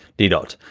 d dot.